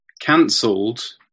cancelled